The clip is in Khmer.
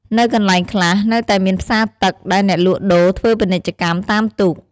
នៅកន្លែងខ្លះ នៅតែមានផ្សារទឹក ដែលអ្នកលក់ដូរធ្វើពាណិជ្ជកម្មតាមទូក។